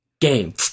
Game